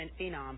phenom